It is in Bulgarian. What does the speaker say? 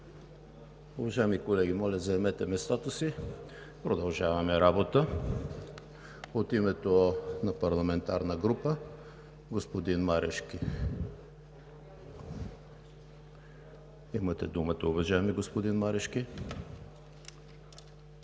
Уважаеми колеги, моля заемете местата си. Продължаваме работата. От името на парламентарна група – господин Марешки. Имате думата, уважаеми господин Марешки.